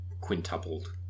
quintupled